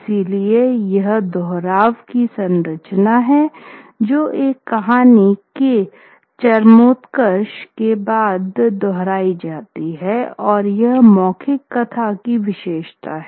इसलिए यह दोहराव की संरचना है जो एक कहानी के चरमोत्कर्ष के बाद दोहराई जाती है और यह मौखिक कथा की विशेषता है